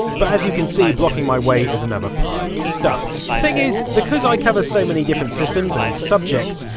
but as you can see, blocking my way is another pile of stuff. the thing is, because i cover so many different systems, and subjects.